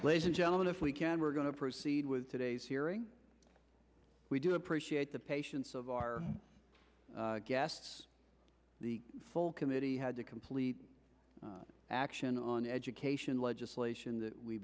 and gentlemen if we can we're going to proceed with today's hearing we do appreciate the patience of our guests the full committee had to complete action on education legislation that we